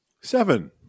Seven